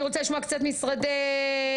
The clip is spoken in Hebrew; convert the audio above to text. אני רוצה לשמוע קצת משרדי ממשלה.